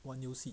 玩游戏